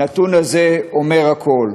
הנתון הזה אומר הכול.